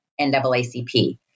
NAACP